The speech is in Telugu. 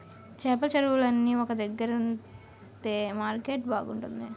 చేపల చెరువులన్నీ ఒక దగ్గరుంతె మార్కెటింగ్ బాగుంతాది